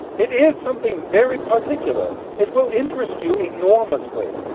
it is something very particular. it will interest you enormously.